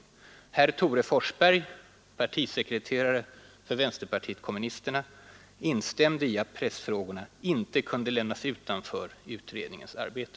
Herr Tore Forsberg” — partisekreterare för vänsterpartiet kommunisterna — ”instämde i att pressfrågor inte kunde lämnas utanför utredningens arbete.”